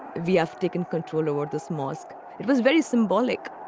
vfp taking control over this mosque. it was very symbolic.